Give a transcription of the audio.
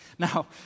Now